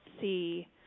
see